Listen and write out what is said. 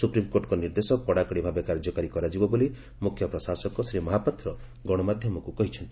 ସୁପ୍ରିମକୋର୍ଟଙ୍ଙ ନିର୍ଦ୍ଦେଶ କଡାକଡି ଭାବେ କାର୍ଯ୍ୟକାରୀ କରାଯିବ ବୋଲି ମୁଖ୍ୟ ପ୍ରଶାସକ ଶ୍ରୀ ମହାପାତ୍ର ଗଣମାଧ୍ଧମକୁ କହିଛନ୍ତି